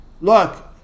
Look